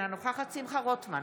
אינה נוכחת שמחה רוטמן,